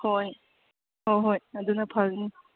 ꯍꯣꯏ ꯍꯣꯏ ꯍꯣꯏ ꯑꯗꯨꯅ ꯐꯒꯅꯤ